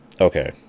okay